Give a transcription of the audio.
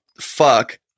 fuck